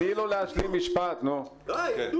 אני מבטיח לך, תרצה לקרוא לי